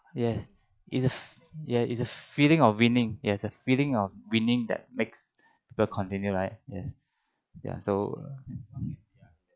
yes it's a f~ it's a feeling of winning yes a feeling of winning that makes people continue right yes ya so